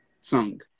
song